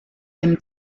dem